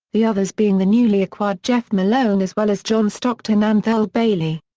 the others being the newly acquired jeff malone as well as john stockton and thurl bailey.